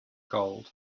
gold